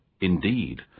indeed